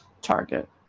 target